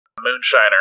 moonshiner